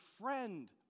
friend